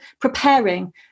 preparing